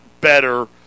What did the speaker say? better